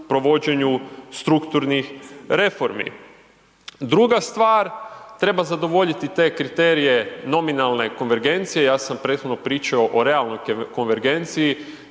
strukturnih reformi. Druga stvar, treba zadovoljiti te kriterije nominalne konvergencije, ja sam prethodno pričao o realnoj konvergenciji